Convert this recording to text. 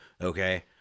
okay